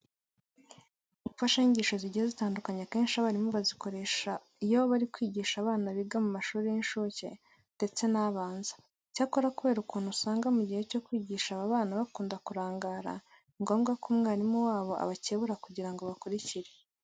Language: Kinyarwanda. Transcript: Imfashanyigisho zigiye zitandukanye akenshi abarimu bazikoresha iyo bari kwigisha abana biga mu mashuri y'incuke ndetse n'abanza. Icyakora kubera ukuntu usanga mu gihe cyo kwigisha aba bana bakunda kurangara, ni ngombwa ko umwarimu wabo abakebura kugira ngo bakurikire.